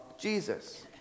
Jesus